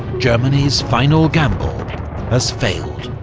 germany's final gamble has failed.